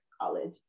college